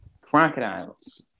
crocodiles